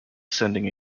sending